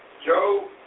Joe